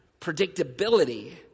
predictability